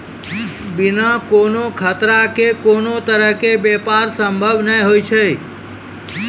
बिना कोनो खतरा के कोनो तरहो के व्यापार संभव नै होय छै